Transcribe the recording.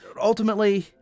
ultimately